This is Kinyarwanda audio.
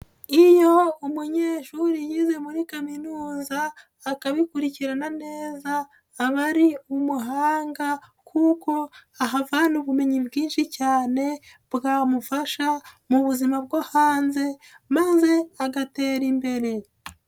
Iyo umunyeshuri yize muri kaminuza, akabikurikirana neza, aba ari umuhanga, kuko ahavana ubumenyi bwinshi cyane bwamufasha mu buzima bwo hanze, maze agatera imbere.